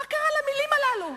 מה קרה למלים האלה?